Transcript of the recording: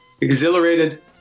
Exhilarated